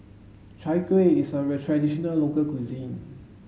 chai kueh is a traditional local cuisine